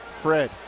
Fred